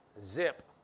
Zip